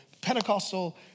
Pentecostal